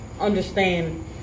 understand